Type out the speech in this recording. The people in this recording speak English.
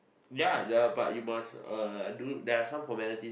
ya the but you must uh do there are some formalities